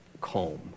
calm